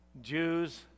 Jews